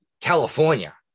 California